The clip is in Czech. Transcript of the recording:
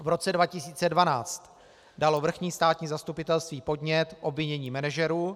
V roce 2012 dalo vrchní státní zastupitelství podnět k obvinění manažerů.